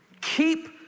Keep